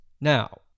now